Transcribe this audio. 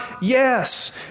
Yes